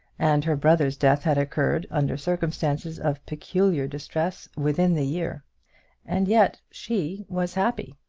and her brother's death had occurred under circumstances of peculiar distress within the year and yet she was happy,